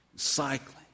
Cycling